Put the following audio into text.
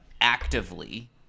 actively